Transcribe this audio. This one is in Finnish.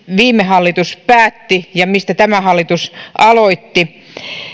viime hallitus päätti ja mistä tämä hallitus aloitti